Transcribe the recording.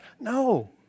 No